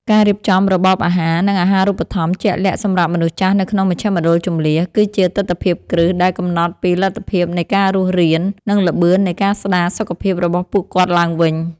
ការរៀបចំរបបអាហារ និងអាហារូបត្ថម្ភជាក់លាក់សម្រាប់មនុស្សចាស់នៅក្នុងមជ្ឈមណ្ឌលជម្លៀស គឺជាទិដ្ឋភាពគ្រឹះដែលកំណត់ពីលទ្ធភាពនៃការរស់រាន និងល្បឿននៃការស្តារសុខភាពរបស់ពួកគាត់ឡើងវិញ។